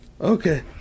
okay